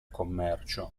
commercio